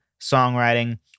songwriting